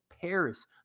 Paris